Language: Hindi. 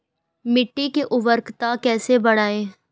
मिट्टी की उर्वरकता कैसे बढ़ायें?